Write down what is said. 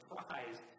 surprised